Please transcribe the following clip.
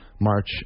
March